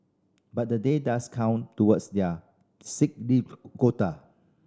but the day does count towards their sick leave quota